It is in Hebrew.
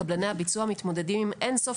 קבלני הביצוע מתמודדים עם אין-סוף